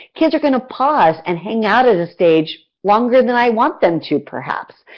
kids are going to pause and hang out at a stage longer than i want them to, perhaps.